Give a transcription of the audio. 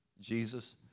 Jesus